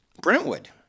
Brentwood